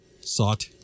sought